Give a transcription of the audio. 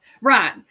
right